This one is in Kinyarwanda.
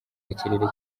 ikirere